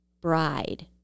bride